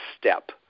step